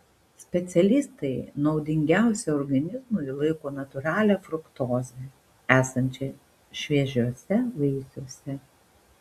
specialistai naudingiausia organizmui laiko natūralią fruktozę esančią šviežiuose vaisiuose